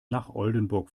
oldenburg